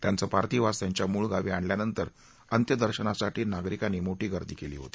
त्यांचं पार्थीव आज त्यांच्या मूळ गावी आणल्यानंतर अंत्यदर्शनासाठी नागरिकांनी मोठी गर्दी केली होती